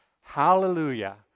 hallelujah